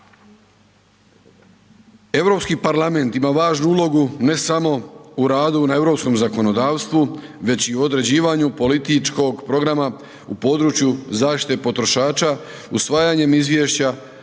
EU parlament ima važnu ulogu, ne samo u radu na EU zakonodavstvu, već i određivanju političkog programa u području zaštite potrošača, usvajanjem izvješća